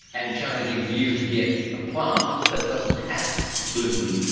and challenging for you to get a plant that doesn't have gluten.